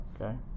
Okay